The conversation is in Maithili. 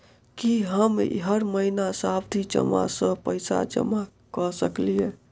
की हम हर महीना सावधि जमा सँ पैसा जमा करऽ सकलिये?